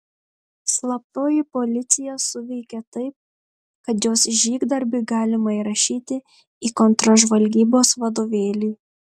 slaptoji policija suveikė taip kad jos žygdarbį galima įrašyti į kontržvalgybos vadovėlį